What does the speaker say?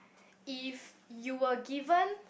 if you were given